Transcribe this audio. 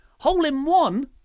Hole-in-one